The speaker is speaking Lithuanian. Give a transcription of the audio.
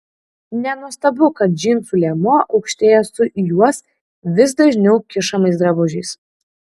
nenuostabu kad džinsų liemuo aukštėja su į juos vis dažniau kišamais drabužiais